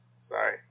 Sorry